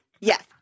Yes